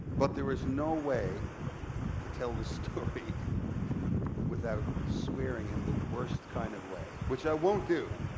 but there is no way to tell this story without swearing in the worst kind of way, which i won't do.